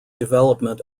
development